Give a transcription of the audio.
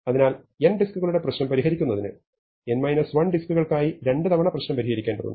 അതിനാൽ n ഡിസ്കുകളുടെ പ്രശ്നം പരിഹരിക്കുന്നതിന് n 1 ഡിസ്കുകൾക്കായി രണ്ടുതവണ പ്രശ്നം പരിഹരിക്കേണ്ടതുണ്ട്